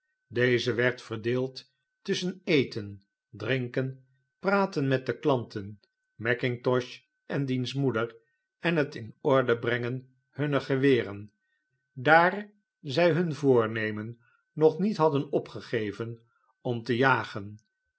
deze werd verdeeld tusschen eten drinkenpratenmetde klanten mackintosh en diens moeder en het in orde brengen hunner geweren daar zij hun voornemen nog met hadden opgegeven om te jagen